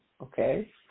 okay